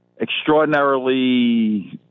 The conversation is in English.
extraordinarily